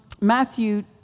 Matthew